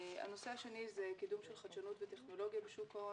הנושא השני הוא קידום של חדשנות וטכנולוגיה בשוק ההון.